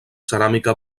ceràmica